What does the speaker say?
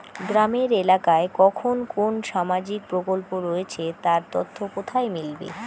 গ্রামের এলাকায় কখন কোন সামাজিক প্রকল্প রয়েছে তার তথ্য কোথায় মিলবে?